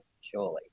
surely